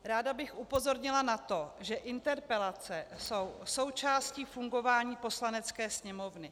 Ráda bych upozornila na to, že interpelace jsou součástí fungování Poslanecké sněmovny.